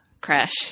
crash